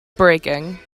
breaking